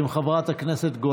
חברי הכנסת,